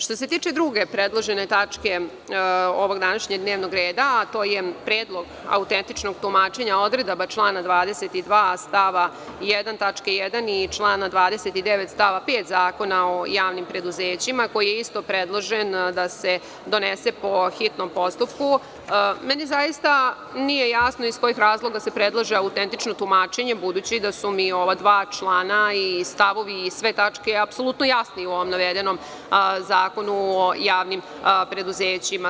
Što se tiče druge predložene tačke ovog današnjeg dnevnog reda, a to je predlog autentičnog tumačenja odredaba člana 22. stava 1. tačka 1) i člana 29. stava 5. Zakona o javnim preduzećima koji je isto predložen da se donese po hitnom postupku, meni zaista nije jasno iz kojih razloga se predlaže autentično tumačenje budući da su mi ova dva člana i stavovi i sve tačke apsolutno jasni u ovom navedenom Zakonu o javnim preduzećima.